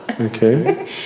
Okay